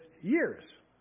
years